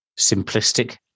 simplistic